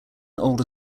older